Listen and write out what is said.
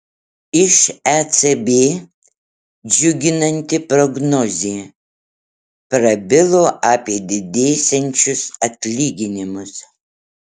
iš ecb džiuginanti prognozė prabilo apie didėsiančius atlyginimus